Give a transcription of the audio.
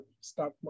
stop